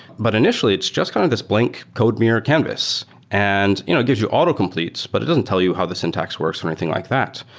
but initially it's just kind of this blank code mirror canvas and you know it gives you auto completes, but it doesn't tell you how the syntax works or anything like that.